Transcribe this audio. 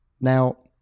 Now